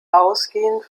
ausgehend